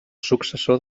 successor